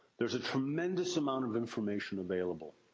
there is a tremendous amount of information available.